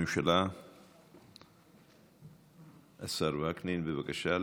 יענה בשם הממשלה השר וקנין, בבקשה.